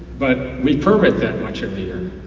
but we prorate that much every year.